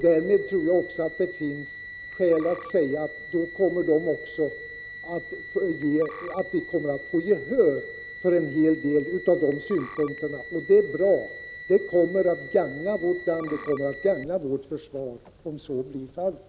Därmed tror jag att det finns skäl att säga att vi kommer att få gehör för en hel del av de synpunkterna. Det är bra. Det kommer att gagna vårt land, och det kommer att gagna vårt försvar, om så blir fallet.